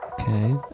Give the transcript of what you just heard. Okay